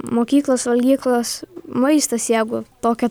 mokyklos valgyklos maistas jeigu tokią turite